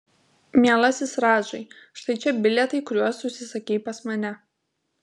mielasis radžai štai čia bilietai kuriuos užsisakei pas mane